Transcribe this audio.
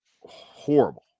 horrible